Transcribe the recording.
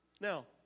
Now